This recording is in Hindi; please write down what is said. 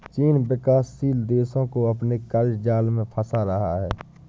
चीन विकासशील देशो को अपने क़र्ज़ जाल में फंसा रहा है